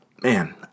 man